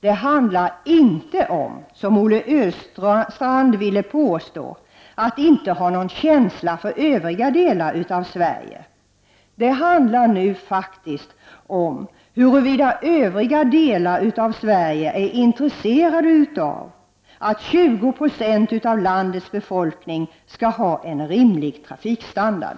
Det handlar inte om, vilket Olle Östrand ville påstå, att inte ha någon känsla för övriga delar av Sverige, utan det handlar faktiskt om huruvida övriga delar av Sverige är intresserade av att 20 90 av landets befolkning skall ha en rimlig trafikstandard.